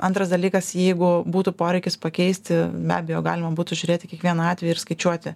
antras dalykas jeigu būtų poreikis pakeisti be abejo galima būtų žiūrėti kiekvieną atvejį ir skaičiuoti